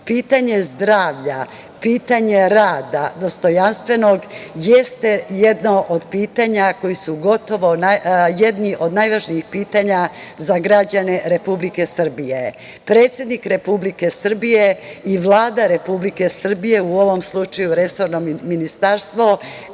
Pitanja zdravlja, pitanja rada dostojanstvenog jesu jedno od pitanja koji su gotovo jedni od najvažnijih pitanja za građane Republike Srbije. Predsednik Republike Srbije i Vlada Republike Srbije u ovom slučaju resorno ministarstvo